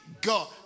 God